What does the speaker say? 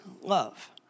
love